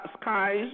skies